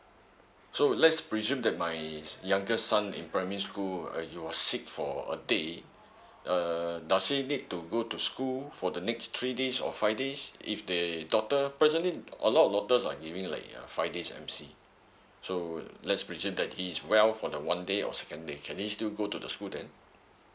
so lets presume that my youngest son in primary school uh you're sick for a day err does he need to go to school for the next three days or five days if they doctor presently a lot of doctor are giving like a five days M_C so let's presume that he is well for the one day or second they can he still go to the school then